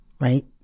right